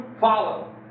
follow